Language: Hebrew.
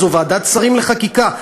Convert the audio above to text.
זו ועדת שרים לחקיקה.